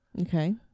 Okay